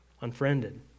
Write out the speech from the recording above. unfriended